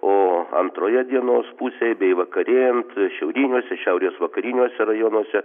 o antroje dienos pusėj bei vakarėjant šiauriniuose šiaurės vakariniuose rajonuose